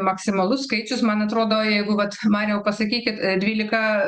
maksimalus skaičius man atrodo jeigu vat mariau pasakykit dvylika